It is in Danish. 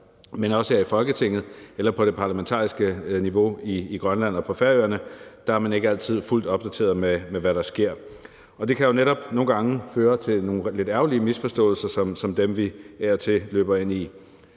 men her i Folketinget eller på det parlamentariske niveau i Grønland og på Færøerne er man ikke altid fuldt opdateret med, hvad der sker. Det kan jo netop nogle gange føre til nogle lidt ærgerlige misforståelser som dem, vi af og til løber ind i.